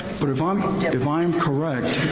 but if um if i'm correct,